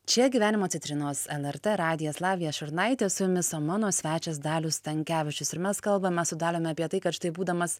čia gyvenimo citrinos lrt radijas lavija šurnaitė su jumis o mano svečias darius stankevičius ir mes kalbame su dalium apie tai kad štai būdamas